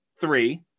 three